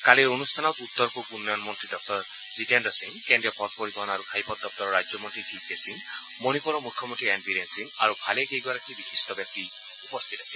কালিৰ অনুষ্ঠানত উত্তৰ পূব উন্নয়ন মন্ত্ৰী ডঃ জিতেন্দ্ৰ সিং কেন্দ্ৰীয় পথ পৰিবহণ আৰু ঘাইপথ দপ্তৰৰ ৰাজ্যমন্ত্ৰী ভি কে সিং মণিপুৰৰ মুখ্যমন্ত্ৰী এন বীৰেন সিং আৰু ভালেকেইগৰাকী বিশিষ্ট ব্যক্তি উপস্থিত আছিল